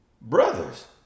brothers